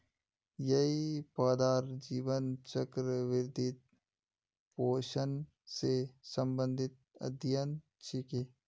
यई पौधार जीवन चक्र, वृद्धि, पोषण स संबंधित अध्ययन छिके